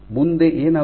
ಮುಂದೆ ಏನಾಗುತ್ತದೆ